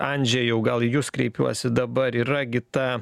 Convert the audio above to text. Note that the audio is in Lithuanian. andžejau gal į jus kreipiuosi dabar yra gi ta